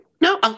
No